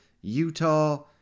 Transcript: Utah